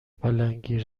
پلنگی